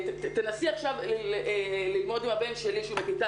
תנסי עכשיו ללמוד עם הבן שלי שהוא בכיתה